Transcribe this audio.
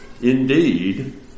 Indeed